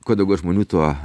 kuo daugiau žmonių tuo